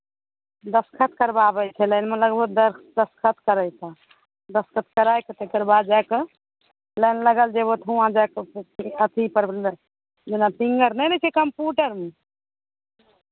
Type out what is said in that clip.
दस्तखत करवाबै छै लाइनमे लगबौ तऽ दस्तखत करैतह दस्तखत कराइके तकर बाद जाय कऽ लाइन लागल जेबहौ तऽ हुँआ जाय कऽ फेर अथी परमे जेना फिंगर नहि लै छै कम्पूटरमे